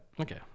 Okay